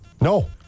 No